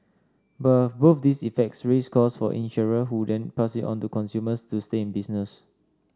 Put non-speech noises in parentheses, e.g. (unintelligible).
(unintelligible) both these effects raise costs for insurer who then pass it on to consumers to stay in business